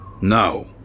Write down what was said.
No